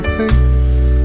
face